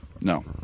No